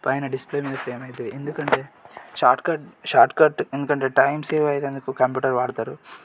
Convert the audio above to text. పైన డిస్ప్లే మీద ఫ్రేమ్ అవుతుంది ఎందుకంటే షార్ట్ కట్ షార్ట్ కట్ ఎందుకంటే టైం సేవ్ అయ్యేదందుకు కంప్యూటర్ వాడుతారు